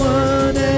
one